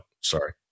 sorry